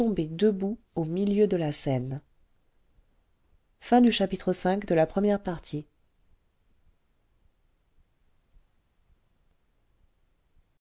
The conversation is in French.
debout au milieu de la scène